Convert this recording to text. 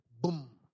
Boom